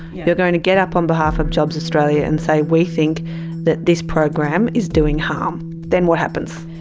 you're going to get up on behalf of jobs australia and say we think that this program is doing harm? then what happens?